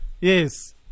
Yes